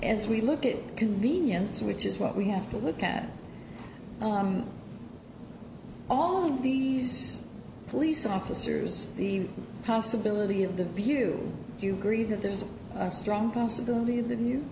as we look at convenience which is what we have to look at all of these police officers the possibility of the view do you agree that there's a strong possibility tha